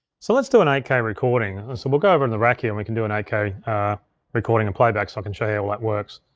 so let's do an eight k recording. so we'll go over to and the rack here and we can do an eight k recording and playback so i can show you how all that works.